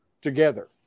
together